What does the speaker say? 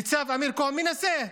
ניצב אמיר כהן, מנסה,